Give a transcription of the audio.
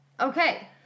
Okay